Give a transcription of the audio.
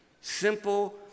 Simple